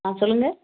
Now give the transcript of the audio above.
ஆ சொல்லுங்கள்